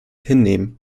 hinnehmen